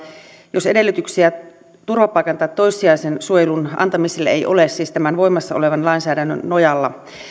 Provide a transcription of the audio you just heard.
jos edellytyksiä turvapaikan tai toissijaisen suojelun antamiselle ei ole siis tämän voimassa olevan lainsäädännön nojalla